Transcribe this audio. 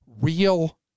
real